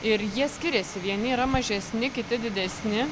ir jie skiriasi vieni yra mažesni kiti didesni